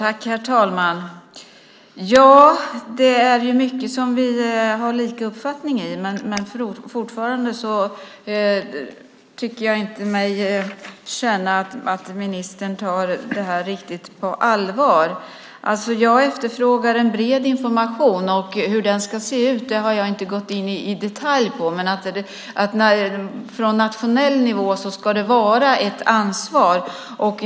Herr talman! Vi har samma uppfattning i mycket, men fortfarande tycker jag mig inte känna att ministern tar detta riktigt på allvar. Jag efterfrågar en bred information. Hur den ska se ut har jag inte gått in på i detalj. Det ska vara ett ansvar på nationell nivå.